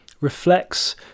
reflects